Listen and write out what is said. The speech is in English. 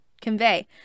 convey